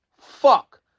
Fuck